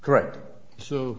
correct so